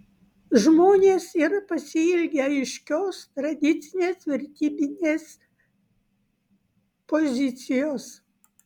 žmonės yra pasiilgę aiškios tradicinės vertybinės pozicijos